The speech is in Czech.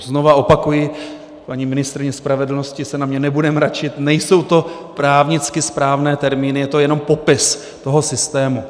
Znovu opakuji, paní ministryně spravedlnosti se na mě nebude mračit, nejsou to právnicky správné termíny, je to jenom popis toho systému.